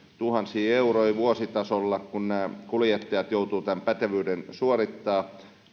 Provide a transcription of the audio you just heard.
tuhansia euroja vuositasolla kun kuljettajat joutuvat tämän pätevyyden suorittamaan